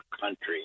country